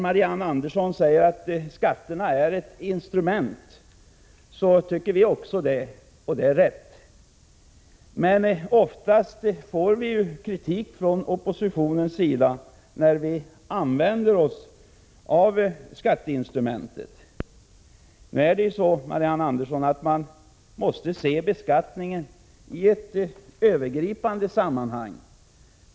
Marianne Andersson sade att skatterna är ett instrument — det tycker vi också. Det är rätt. Men oftast får vi kritik från oppositionen när vi använder skatteinstrumentet. Man måste, Marianne Andersson, se beskattningen i ett övergripande sammanhang.